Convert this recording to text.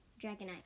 dragonite